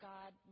God